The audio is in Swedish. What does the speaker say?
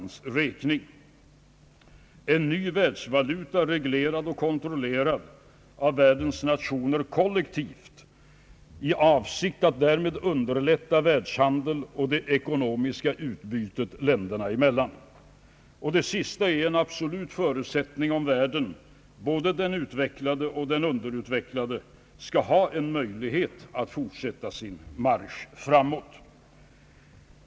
Det rör sig om en ny världsvaluta, reglerad och kontrollerad av världens nationer kollektivt i avsikt att därmed underlätta världshandeln och det ekonomiska utbytet länderna emellan. Det sista är en absolut förutsättning om världen, såväl den utvecklade som den underutvecklade, skall ha en möjlighet att fortsätta sin marsch framåt.